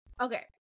okay